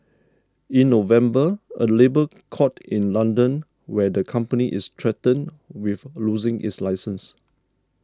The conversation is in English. in November a labour court in London where the company is threatened with losing its license